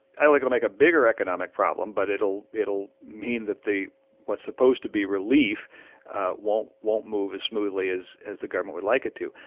like it'll make a bigger economic problem, but it'll it'll mean that the what's supposed to be relief won't won't move as smoothly as as the government would like it to.